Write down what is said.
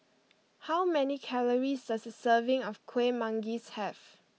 how many calories does a serving of Kueh Manggis have